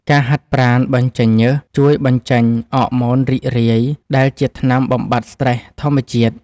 ការហាត់ប្រាណបញ្ចេញញើស ជួយបញ្ចេញ អ័រម៉ូនរីករាយ ដែលជាថ្នាំបំបាត់ស្ត្រេសធម្មជាតិ។